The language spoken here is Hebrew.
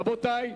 רבותי,